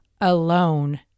alone